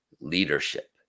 leadership